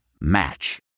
Match